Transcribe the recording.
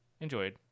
enjoyed